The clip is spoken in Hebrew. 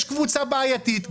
יש קבוצה בעייתית.